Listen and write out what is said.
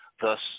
thus